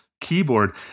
keyboard